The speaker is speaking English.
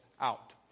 out